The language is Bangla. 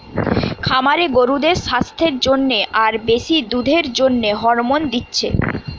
খামারে গরুদের সাস্থের জন্যে আর বেশি দুধের জন্যে হরমোন দিচ্ছে